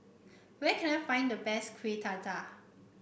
where can I find the best Kuih Dadar